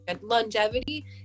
Longevity